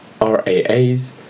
RAAs